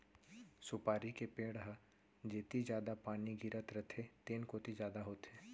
सुपारी के पेड़ ह जेती जादा पानी गिरत रथे तेन कोती जादा होथे